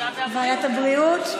ועדת הבריאות.